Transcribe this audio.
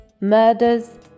murders